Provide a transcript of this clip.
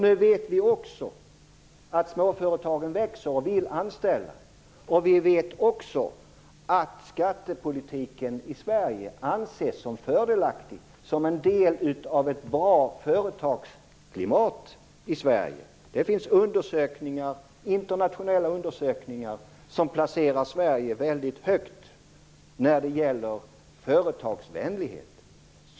Nu vet vi också att småföretagen växer och vill anställa. Vi vet också att skattepolitiken i Sverige anses som fördelaktig och som en del av ett bra företagsklimat i Sverige. Det finns internationella undersökningar som placerar Sverige väldigt högt när det gäller företagsvänlighet.